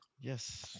Yes